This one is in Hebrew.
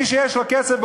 מי שיש לו כסף,